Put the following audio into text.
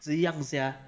怎样 sia